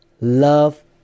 Love